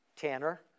Tanner